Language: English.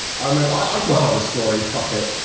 i remember i can tell this story. fuck it.